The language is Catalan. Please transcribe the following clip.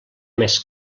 més